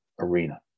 arena